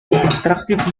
attractive